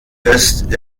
ist